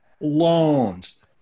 loans